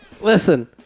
Listen